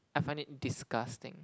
I find it disgusting